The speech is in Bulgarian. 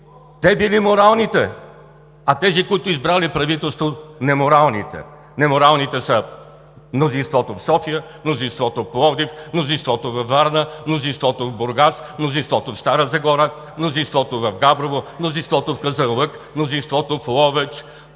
Те били моралните, а тези, които избрали правителството – неморалните. Неморалните са мнозинството в София, мнозинството в Пловдив, мнозинството във Варна, мнозинството в Бургас, мнозинството в Стара Загора, мнозинството в Габрово, мнозинството в Казанлък, мнозинството в Ловеч,